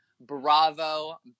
Bravo